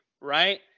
right